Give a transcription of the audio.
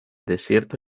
desierto